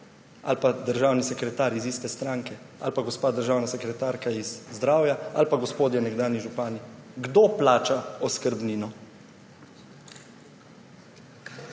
ali pa državni sekretar iz iste stranke, ali pa gospa državna sekretarka z ministrsva za zdravje, ali pa gospodje nekdanji župani − kdo plača oskrbnino?